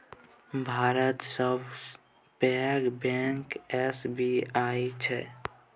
भातक सबसँ पैघ बैंक एस.बी.आई छै